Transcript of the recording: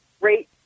great